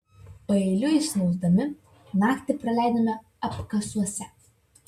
paeiliui snausdami naktį praleidome apkasuose